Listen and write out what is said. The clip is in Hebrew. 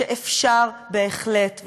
שאפשר בהחלט,